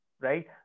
right